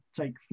take